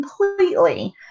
completely